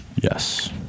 Yes